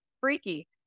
freaky